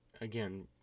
Again